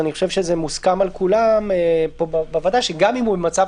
אני חושב שמוסכם על כולם בוועדה שגם אם הוא במצב